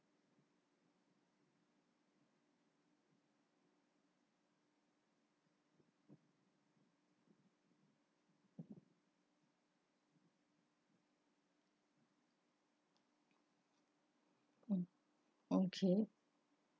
mm okay